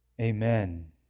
Amen